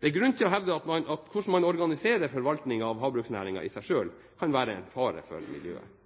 Det er grunn til å hevde at hvordan man organiserer forvaltningen av havbruksnæringen, i seg selv kan være en fare for miljøet.